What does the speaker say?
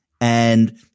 And-